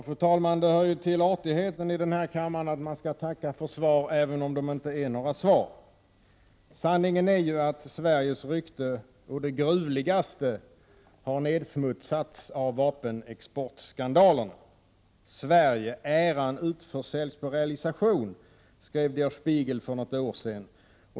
Fru talman! Det hör till artigheten i den här kammaren att man tackar för svar även då de inte är några svar. Sanningen är ju att Sveriges rykte å det gruvligaste har nedsmutsats av vapenexportskandalerna. Sverigeäran utförsäljs på realisation, skrev Der Spiegel för något år sedan.